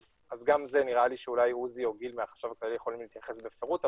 אז גם זה נראה לי שאולי עוזי או גיל מהחשב הכללי יכולים להתייחס בפירוט,